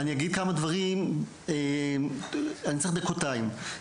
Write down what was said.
אני צריך דקותיים.